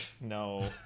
no